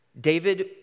David